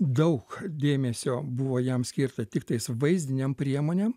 daug dėmesio buvo jam skirta tiktais vaizdinėm priemonėm